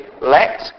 let